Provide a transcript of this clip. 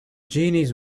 genies